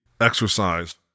exercise